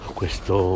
questo